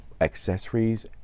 accessories